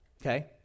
Okay